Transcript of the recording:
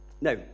Now